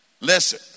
listen